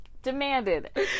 demanded